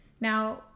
Now